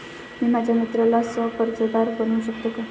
मी माझ्या मित्राला सह कर्जदार बनवू शकतो का?